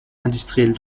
industriel